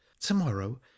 to-morrow